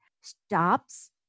stops